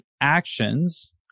actions